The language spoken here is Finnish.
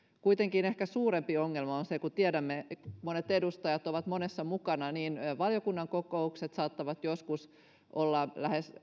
kuitenkin ehkä suurempi ongelma on se kuten tiedämme että monet edustajat ovat monessa mukana ja valiokunnan kokoukset saattavat joskus olla